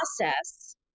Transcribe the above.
process